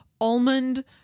almond